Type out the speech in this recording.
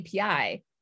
API